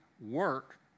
work